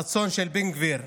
הרצון של בן גביר.